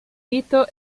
vito